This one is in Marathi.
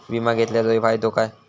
विमा घेतल्याचो फाईदो काय?